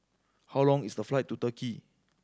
how long is the flight to Turkey